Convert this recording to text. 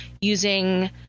using